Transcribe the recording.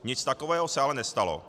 Nic takového se ale nestalo.